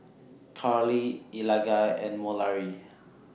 Karlee Eligah and Mallorie